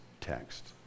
text